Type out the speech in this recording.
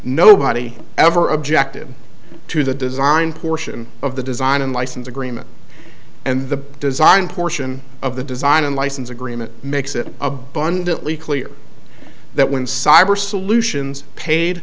nobody ever objected to the design portion of the design and license agreement and the design portion of the design and license agreement makes it abundantly clear that when cyber solutions paid